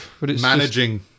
managing